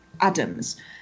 Adam's